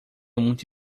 muito